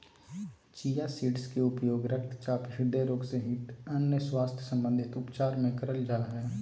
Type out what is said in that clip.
chia seeds के उपयोग रक्तचाप, हृदय रोग सहित अन्य स्वास्थ्य संबंधित उपचार मे करल जा हय